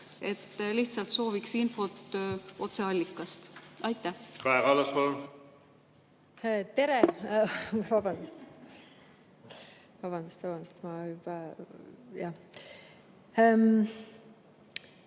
Lihtsalt soovin infot otseallikast. Aitäh,